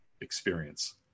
experience